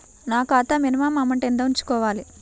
నా ఖాతా minimum amount ఎంత ఉంచుకోవాలి?